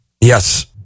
Yes